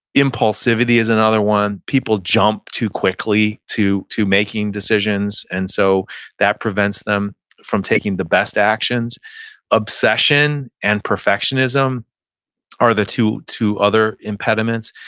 impulsivity is another one. people jump too quickly to making decisions. and so that prevents them from taking the best actions obsession and perfectionism are the two two other impediments.